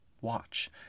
Watch